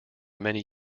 many